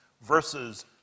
versus